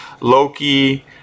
Loki